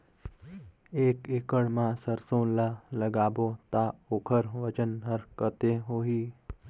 एक एकड़ मा सरसो ला लगाबो ता ओकर वजन हर कते होही?